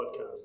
podcast